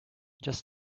just